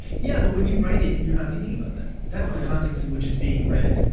yeah. but when you write it, you're not thinking about that. that's the context in which it's being read